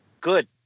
good